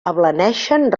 ablaneixen